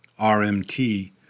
RMT